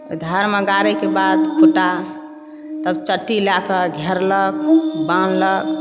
ओहि धारमे गाड़यके बाद खुट्टा तब चट्टी लयके घेरलक बान्हलक